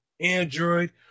Android